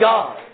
God